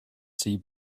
see